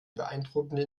beeindruckende